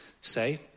Say